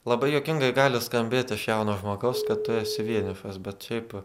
labai juokingai gali skambėti iš jauno žmogaus kad tu esi vienišas bet šiaip